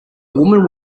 woman